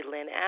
Lynn